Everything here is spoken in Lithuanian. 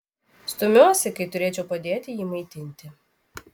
stumiuosi kai turėčiau padėti jį maitinti